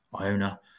Iona